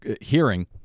hearing